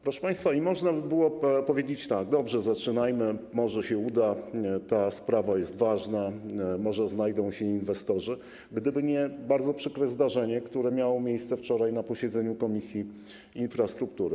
Proszę Państwa, można by było powiedzieć: dobrze, zaczynajmy, może się uda, sprawa jest ważna, może znajdą się inwestorzy, gdyby nie bardzo przykre zdarzenie, które miało miejsce wczoraj na posiedzeniu Komisji Infrastruktury.